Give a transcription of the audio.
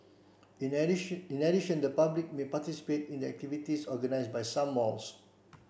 in addition in addition the public may participate in the activities organised by some malls